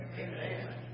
amen